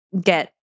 get